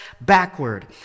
backward